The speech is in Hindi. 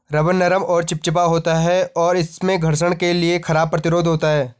रबर नरम और चिपचिपा होता है, और इसमें घर्षण के लिए खराब प्रतिरोध होता है